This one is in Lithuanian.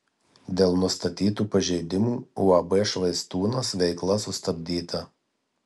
dėl nustatytų pažeidimų uab švaistūnas veikla sustabdyta